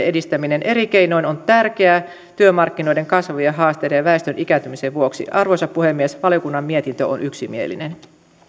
edistäminen eri keinoin on tärkeää työmarkkinoiden kasvavien haasteiden ja väestön ikääntymisen vuoksi arvoisa puhemies valiokunnan mietintö on yksimielinen